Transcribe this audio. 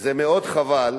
וזה מאוד חבל.